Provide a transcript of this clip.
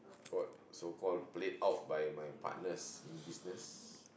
so call so called played out by my partners in business